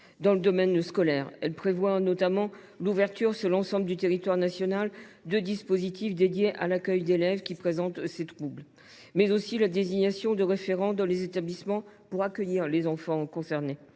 Dans le domaine scolaire, elle prévoit notamment l’ouverture sur l’ensemble du territoire national de dispositifs dédiés à l’accueil d’élèves présentant ces troubles, ainsi que la désignation de référents dans les établissements pour accueillir les enfants concernés